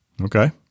Okay